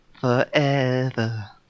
Forever